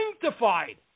sanctified